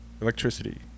electricity